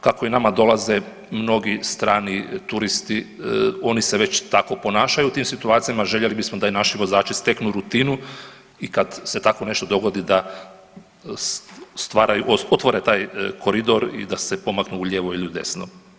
Kako i nama dolaze mnogi strani turisti, oni se već tako ponašaju i tim situacijama, željeli bismo da i naši vozači steknu rutinu i kad se tako nešto dogodi da stvaraju, otvore taj koridor i da se pomaknu ulijevo ili udesno.